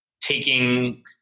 taking